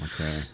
Okay